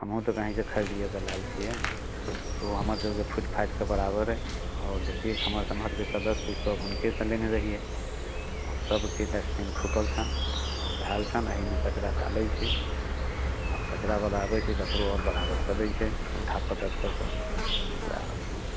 हमहुँ तऽ कहींसँ खरीदिएके लायल छियै तऽ उ हमर सबके फूटि फाटिके बराबर अइ आोर जतेक हमर समाजके सदस्य सब हुनकेसँ लेने रहियै आोर सबके डस्टबिन फूटल छनि आओर छैल छनि अहिमे कचरा डालै छी आओर कचरावला अबै छै तकरो आओर बराबर कऽ दै छै उठा पटक कऽके वएह अय